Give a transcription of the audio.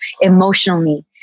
emotionally